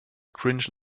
cringe